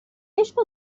عشق